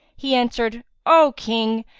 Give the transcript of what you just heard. he answered o king,